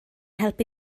helpu